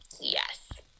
Yes